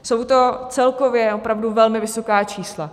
Jsou to celkově opravdu velmi vysoká čísla.